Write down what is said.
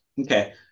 Okay